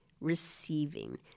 receiving